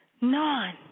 None